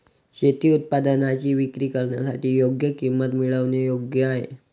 शेती उत्पादनांची विक्री करण्यासाठी योग्य किंमत मिळवणे योग्य आहे